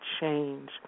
change